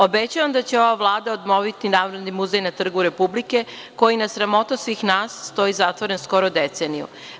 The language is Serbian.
Obećavam da će ova Vlada obnoviti Narodni muzej na Trgu Republike, koji na sramotu svih nas stoji zatvoren skoro deceniju.